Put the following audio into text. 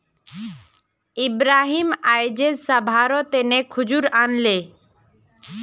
इब्राहिम अयेज सभारो तने खजूर आनले